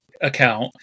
account